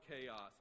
chaos